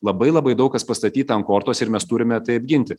labai labai daug kas pastatyta ant kortos ir mes turime tai apginti